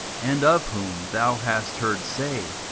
and of whom thou hast heard say,